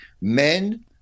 men